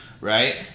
right